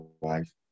wife